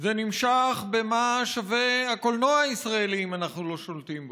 זה נמשך ב"מה שווה הקולנוע הישראלי אם אנחנו לא שולטים בו",